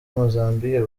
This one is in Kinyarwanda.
mozambique